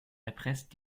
erpresst